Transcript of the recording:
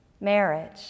marriage